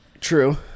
True